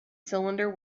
cylinder